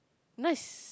nice